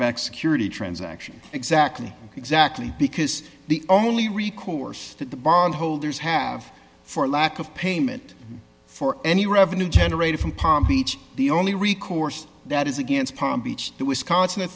backed security transaction exactly exactly because the only recourse that the bondholders have for lack of payment for any revenue generated from palm beach the only recourse that is against palm beach that wisconsin a